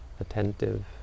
attentive